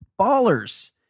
Ballers